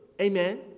Amen